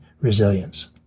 resilience